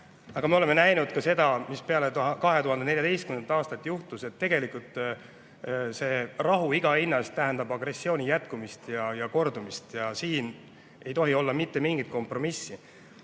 Aga me oleme näinud ka seda, mis peale 2014. aastat juhtus. Tegelikult see rahu iga hinna eest tähendab agressiooni jätkumist ja kordumist. Siin ei tohi olla mitte mingit kompromissi.